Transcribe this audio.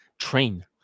train